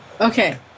Okay